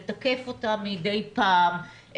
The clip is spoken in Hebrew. לתקף אותה מדי פעם,